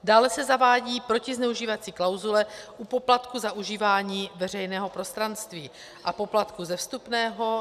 Dále se zavádí protizneužívací klauzule u poplatku za užívání veřejného prostranství a poplatku ze vstupného.